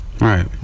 Right